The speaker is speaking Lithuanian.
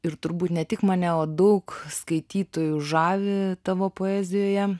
ir turbūt ne tik mane o daug skaitytojų žavi tavo poezijoje